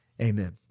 Amen